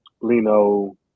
Lino